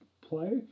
play